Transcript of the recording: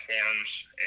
platforms